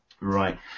Right